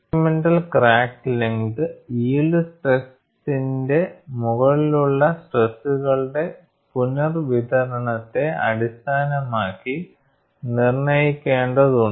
incremental crack length yield സ്ട്രെസിന്റെ മുകളിലുള്ള സ്ട്രെസുകളുടെ പുനർവിതരണത്തെ അടിസ്ഥാനമാക്കി നിർണ്ണയിക്കേണ്ടതുണ്ട്